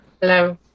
hello